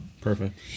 Perfect